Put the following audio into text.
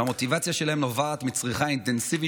והמוטיבציה שלהם נובעת מצריכה אינטנסיבית